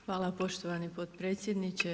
Hvala poštovani potpredsjedniče.